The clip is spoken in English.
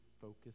focus